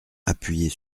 appuyer